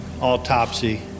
autopsy